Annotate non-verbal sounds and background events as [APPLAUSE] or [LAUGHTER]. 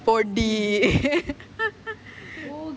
போடி:podi [LAUGHS]